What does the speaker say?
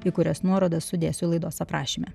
į kurias nuorodas sudėsiu laidos aprašyme